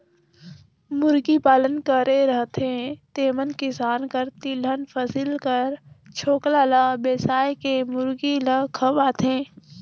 मुरगी पालन करे रहथें तेमन किसान कर तिलहन फसिल कर छोकला ल बेसाए के मुरगी ल खवाथें